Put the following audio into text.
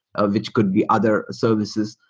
ah which could be other services,